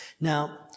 Now